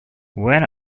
when